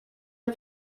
are